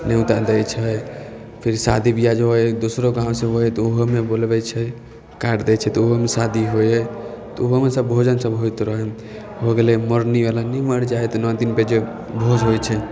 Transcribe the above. न्योता दै छै फिर शादी विवाह जे होइ है दोसरो गाँवसँ होइ है तऽ ओहोमे बोलबै छै कार्ड दै छै तऽ ओहोमे शादी होइ है तऽ ओहोमे सब भोजन सब होइत रहै है हो गेलै मरनी बला नहि मर जाइ है तऽ नहि नओ दिन पर जे भोज होइ छै